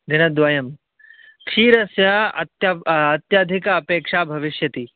दिनद्वयं क्षीरस्य अत्य अत्यधिका अपेक्षा भविष्यति